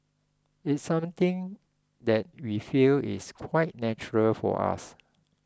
it's something that we feel is quite natural for us